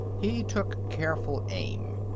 he took careful aim.